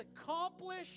accomplished